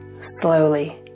slowly